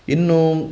ಇನ್ನು